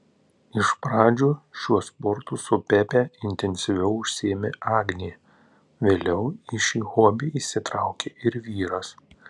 iš pradžių šiuo sportu su pepe intensyviau užsiėmė agnė vėliau į šį hobį įsitraukė ir vyras